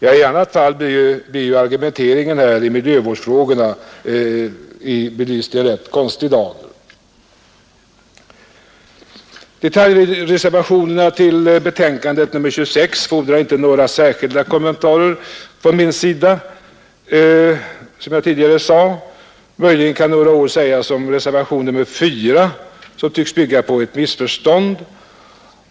I annat fall framstår ju argumenteringen i miljövårdsfrågorna i rätt konstig dager. Detaljreservationerna till betänkandet nr 26 fordrar inte några särskilda kommentarer från min sida, som jag tidigare sade. Möjligen kan några ord sägas om reservationen 4, som tycks bygga på ett missförstånd.